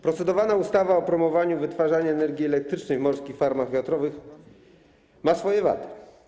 Procedowana ustawa o promowaniu wytwarzania energii elektrycznej w morskich farmach wiatrowych ma swoje wady.